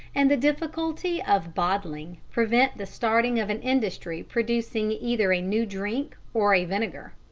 and the difficulty of bottling, prevent the starting of an industry producing either a new drink or a vinegar.